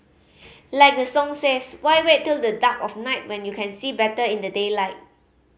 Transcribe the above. like the song says why wait till the dark of night when you can see better in the daylight